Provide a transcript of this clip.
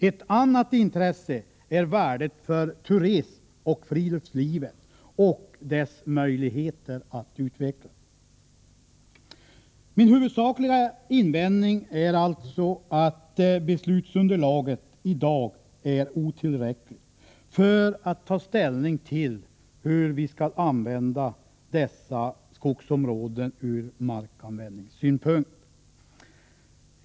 Ett annat intresse är värdet för turismoch friluftsliv och deras möjligheter att utvecklas. Min huvudsakliga invändning är alltså, att beslutsunderlaget i dag är otillräckligt för att vi skall kunna ta ställning till hur vi skall disponera över dessa skogsområden ur markanvändningssynpunkt.